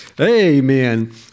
Amen